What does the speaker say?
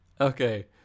Okay